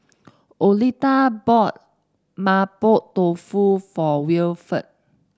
Oleta bought Mapo Tofu for Wilford